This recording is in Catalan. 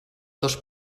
dos